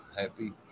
Happy